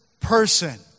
person